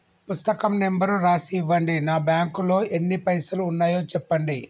పుస్తకం నెంబరు రాసి ఇవ్వండి? నా బ్యాంకు లో ఎన్ని పైసలు ఉన్నాయో చెప్పండి?